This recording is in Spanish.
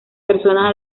personas